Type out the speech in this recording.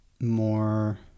more